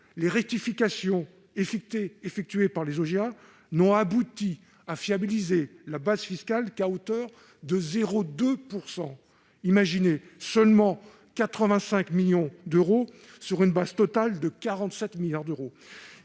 les rectifications effectuées par les OGA n'ont abouti à fiabiliser la base fiscale qu'à hauteur de 0,2 %, soit seulement 85 millions d'euros sur une base totale de 47 milliards d'euros